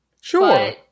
Sure